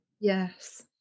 Yes